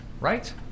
right